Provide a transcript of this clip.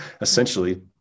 essentially